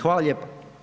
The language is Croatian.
Hvala lijepo.